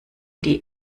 die